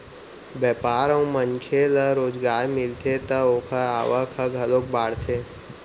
बेपार अउ मनखे ल रोजगार मिलथे त ओखर आवक ह घलोक बाड़थे